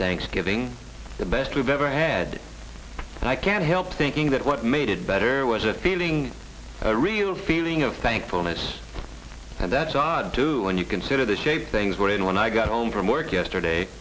thanksgiving the best we've ever had and i can't help thinking that what made it better was a feeling a real feeling of thankfulness and that's odd too when you consider the shape things were in when i got home from work yesterday